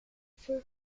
fond